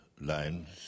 lines